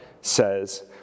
says